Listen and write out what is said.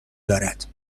دارد